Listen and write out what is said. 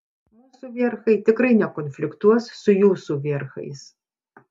mūsų vierchai tikrai nekonfliktuos su jūsų vierchais